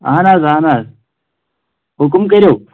اَہن حظ اَہن حظ حُکم کٔرِو